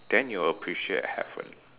then you will appreciate heaven